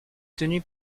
tenu